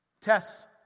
Tests